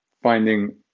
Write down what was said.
finding